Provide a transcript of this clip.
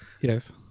yes